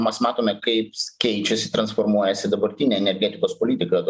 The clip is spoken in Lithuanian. mes matome kaip keičiasi transformuojasi dabartinė energetikos politika